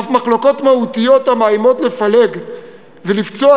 ואף מחלוקות מהותיות המאיימות לפלג ולפצוע